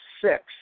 six